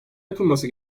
yapılması